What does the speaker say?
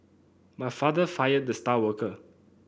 my father fired the star worker